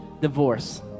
divorce